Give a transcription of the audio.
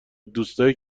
دوستایی